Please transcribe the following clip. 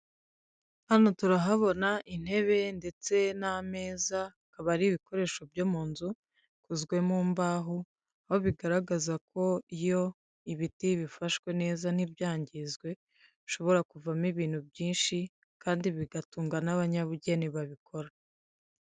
Hano turahabona intebe ndetse n'ameza, akaba ari ibikoresho byo mu nzu, bikozwe mu mbaho, aho bigaragaza ko iyo ibiti bifashwe neza ntibyangizwe, bishobora kuvamo ibintu byinshi kandi bigatunga n'abanyabugeni babikora.